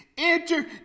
Enter